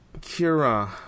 Kira